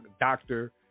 doctor